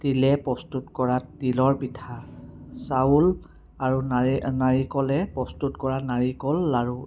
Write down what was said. তিলে প্ৰস্তুত কৰা তিলৰ পিঠা চাউল আৰু নাৰি নাৰিকলে প্ৰস্তুত কৰা নাৰিকল লাৰু